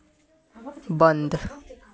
बंद